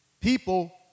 people